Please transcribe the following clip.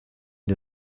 the